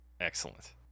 excellent